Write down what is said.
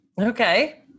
okay